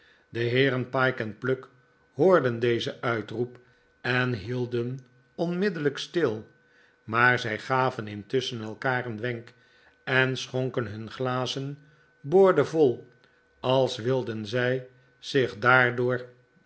de heeren pyke en pluck hoorden dezen uitroep en hielden zich onmiddellijk stil maar zij gaven intusschen elkaar een wenk en schonken hun glazen boordevol als wilden zij zich daardoor